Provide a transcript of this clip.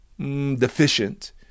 deficient